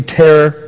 terror